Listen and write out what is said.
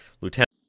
lieutenant